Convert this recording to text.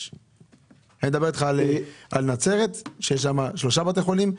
אני מדבר איתך על נצרת שיש שם שלושה בתי חולים,